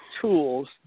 tools